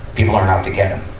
people aren't out to get him,